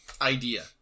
idea